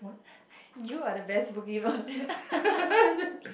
you are the best Pokemon